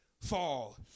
Fall